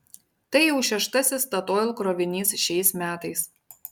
tai jau šeštasis statoil krovinys šiais metais